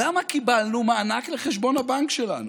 למה קיבלנו מענק לחשבון הבנק שלנו?